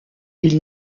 ils